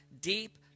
deep